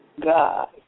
God